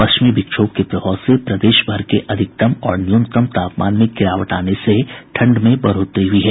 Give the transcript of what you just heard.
पश्चिमी विक्षोभ के प्रभाव से प्रदेशभर के अधिकतम और न्यूनतम तापमान में गिरावट आने से ठंड में बढ़ोतरी हुई है